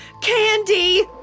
candy